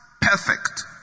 perfect